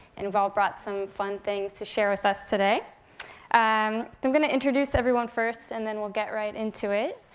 and we've all brought some fun things to share with us today. so um i'm gonna introduce everyone first, and then we'll get right into it.